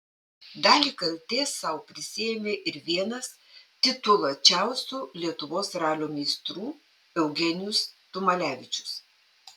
dalį kaltės sau prisiėmė ir vienas tituluočiausių lietuvos ralio meistrų eugenijus tumalevičius